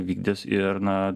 vykdys ir na